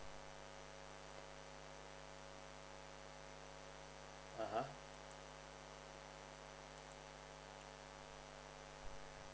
(uh huh)